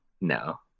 No